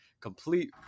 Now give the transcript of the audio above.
complete